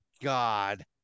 God